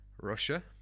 Russia